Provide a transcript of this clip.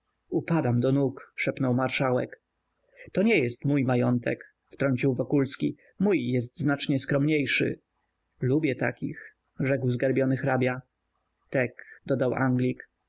upadam do nóg szepnął marszałek to nie jest mój majątek wtrącił wokulski mój jest znacznie skromniejszy lubię takich rzekł zgarbiony hrabia tek dodał anglik